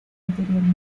anteriormente